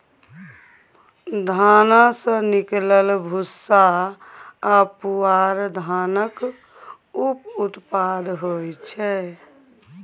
धान सँ निकलल भूस्सा आ पुआर धानक उप उत्पाद होइ छै